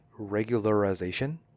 regularization